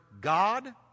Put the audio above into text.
God